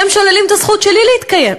הם שוללים את הזכות שלי להתקיים.